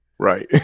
Right